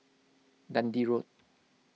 Dundee Road